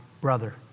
brother